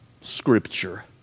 scripture